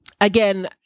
again